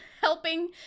helping